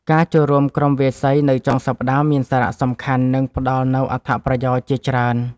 ការចូលរួមក្រុមវាយសីនៅចុងសប្តាហ៍មានសារៈសំខាន់ និងផ្ដល់នូវអត្ថប្រយោជន៍ជាច្រើន។